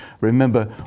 Remember